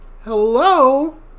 hello